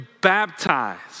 baptized